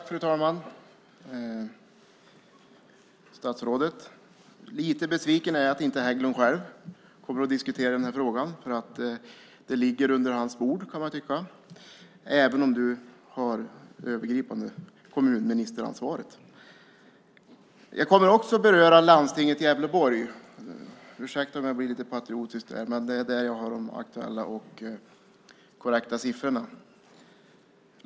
Fru talman! Tack statsrådet! Lite besviken är jag över att inte Hägglund själv kommer och diskuterar denna fråga, för man kan tycka att det ligger under hans ansvarsområde även om du har det övergripande kommunministeransvaret. Jag kommer också att beröra landstinget i Gävleborg. Ursäkta om jag blir lite patriotisk där, men det är därifrån jag har de aktuella och korrekta siffrorna.